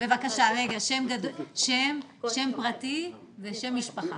בבקשה, שם פרטי ושם משפחה.